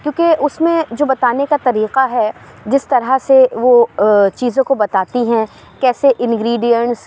کیوں کہ اس میں جو بتانے کا طریقہ ہے جس طرح سے وہ چیزوں کو بتاتی ہیں کیسے ان گریڈیینس